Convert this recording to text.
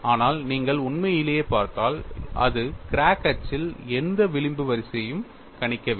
ஆனால் நீங்கள் உண்மையிலேயே பார்த்தால் அது கிராக் அச்சில் எந்த விளிம்பு வரிசையையும் கணிக்கவில்லை